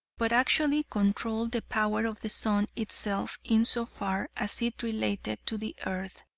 but actually controlled the power of the sun itself insofar as it related to the earth.